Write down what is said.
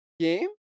game